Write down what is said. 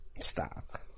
Stop